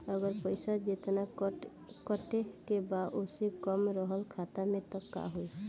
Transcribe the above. अगर पैसा जेतना कटे के बा ओसे कम रहल खाता मे त का होई?